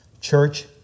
church